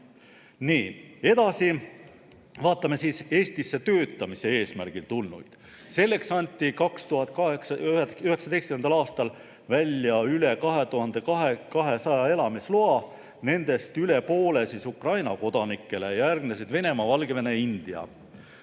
Edasi vaatame siis Eestisse töötamise eesmärgil tulnuid. Selleks anti 2019. aastal välja üle 2200 elamisloa, nendest üle poole Ukraina kodanikele, järgnesid Venemaa, Valgevene ja India.